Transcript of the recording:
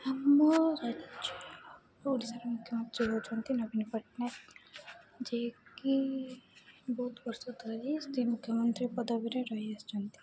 ଆମ ରାଜ୍ୟ ଓଡ଼ିଶାର ମୁଖ୍ୟମନ୍ତ୍ରୀ ହେଉଛନ୍ତି ନବୀନ ପଟ୍ଟନାୟକ ଯିଏକି ବହୁତ ବର୍ଷ ଧରି ସେ ମୁଖ୍ୟମନ୍ତ୍ରୀ ପଦବୀରେ ରହି ଆସିଛନ୍ତି